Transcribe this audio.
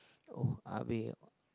oh-ah-beh